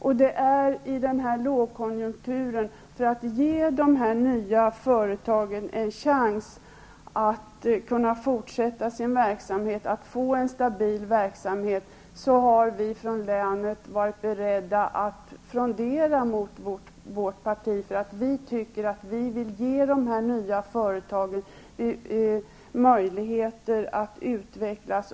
Och det är för att man i denna lågkonjunktur skall ge dessa nya företag en chans att fortsätta sin verksamhet och få en stabil verksamhet som vi från länet har varit beredda att frondera mot vårt parti. Vi vill nämligen vill ge dessa nya företag möjligheter att utvecklas.